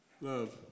Love